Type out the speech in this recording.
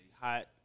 hot